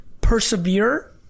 persevere